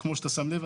כמו שאתה שם לב,